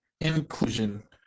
inclusion